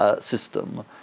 system